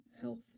health